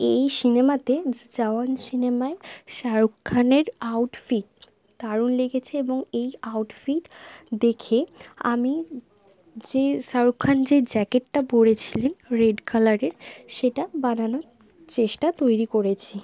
এই সিনেমাতে জওয়ান সিনেমায় শাহরুখ খানের আউটফিট দারুণ লেগেছে এবং এই আউটফিট দেখে আমি যে শাহরুখ খান যে জ্যাকেটটা পরেছিলেন রেড কালারের সেটা বানানোর চেষ্টা তৈরি করেছি